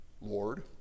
Lord